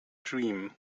dream